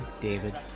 David